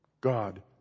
God